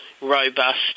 robust